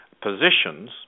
positions